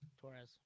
Torres